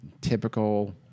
typical